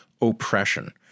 oppression